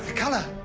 colour.